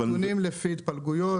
היא רק באמצעות התהליכים האלה.